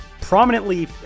prominently